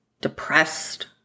depressed